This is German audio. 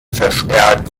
verstärkt